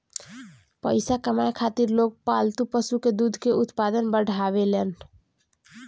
पइसा कमाए खातिर लोग पालतू पशु के दूध के उत्पादन बढ़ावेलन